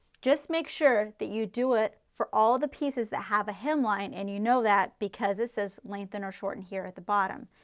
just make sure that you do it for all the pieces that have a hemline and you know that because this is lengthen or shorten here at the bottom.